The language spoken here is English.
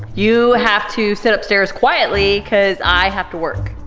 you have to sit up stairs quietly cause i have to work.